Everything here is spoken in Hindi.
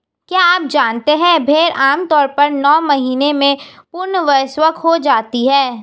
क्या आप जानते है भेड़ आमतौर पर नौ महीने में पूर्ण वयस्क हो जाती है?